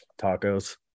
tacos